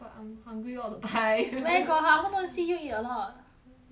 but I'm hungry all the time where got I also don't see you eat a lot